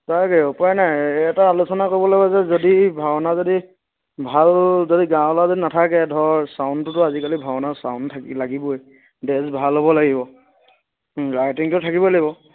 তাকে উপায় নাই এটা আলোচনা কৰিব লাগিব যে যদি ভাওনা যদি ভাল যদি গাঁৱৰ ল'ৰা যদি নাথাকে ধৰ ছাউণ্ডটোতো আজিকালি ভাওনাৰ ছাউণ্ড থাকি লাগিবই ড্ৰেছ ভাল হ'ব লাগিব লাইটিংটো ভাল হ'বই লাগিব